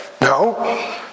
No